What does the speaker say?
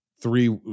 three